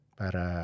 para